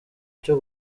cyo